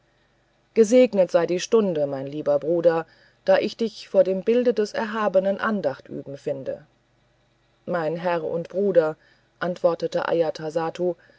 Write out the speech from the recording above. gesegnet sei die stunde mein lieber bruder da ich dich vor dem bilde des erhabenen andacht übend finde mein herr und bruder antwortete